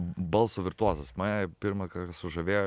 balso virtuozas mane pirmąkart sužavėjo